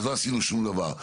לא עשינו שום דבר.